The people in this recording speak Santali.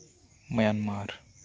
ᱢᱟᱭᱟᱱᱢᱟᱨ